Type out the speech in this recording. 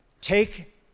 take